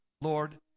Lord